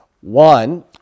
One